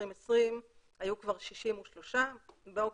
2020 היו כבר 63. באוגוסט,